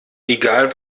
egal